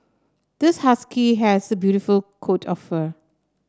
this husky has a beautiful coat of fur